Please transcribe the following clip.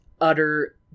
utter